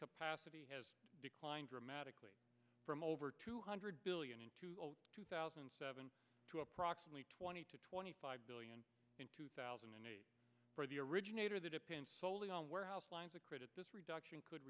capacity has declined dramatically from over two hundred billion in two thousand and seven to approximately twenty to twenty five billion in two thousand and eight for the originator the depends wholly on warehouse lines of credit this reduction could